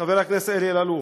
חבר הכנסת אלאלוף,